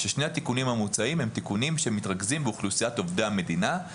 שני התיקונים המוצעים מתרכזים באוכלוסיית עובדי המדינה.